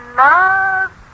love